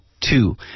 Two